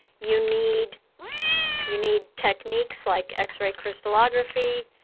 you need you need techniques like x-ray crystallography,